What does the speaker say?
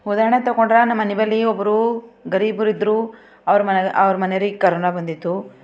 ಉದಾಹರಣೆ ತಗೊಂಡ್ರೆ ನಮ್ಮನೆ ಬಳಿ ಒಬ್ಬರು ಗರೀಬರಿದ್ದರು ಅವರ ಮನೆಯವ್ರಿ ಮನೆಯವ್ರಿಗೆ ಕರೋನ ಬಂದಿತ್ತು